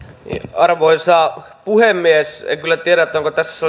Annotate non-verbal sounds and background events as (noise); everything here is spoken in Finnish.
arvoisa puhemies en kyllä tiedä onko tässä (unintelligible)